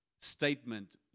statement